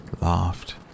laughed